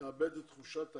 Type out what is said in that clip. לאבד את תחושת הקהילתיות.